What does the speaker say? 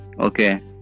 okay